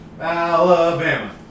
Alabama